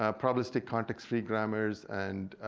ah probabilistic context-free grammars, and